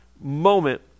moment